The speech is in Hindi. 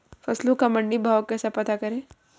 फसलों का मंडी भाव कैसे पता करें?